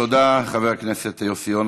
תודה לחבר הכנסת יוסי יונה.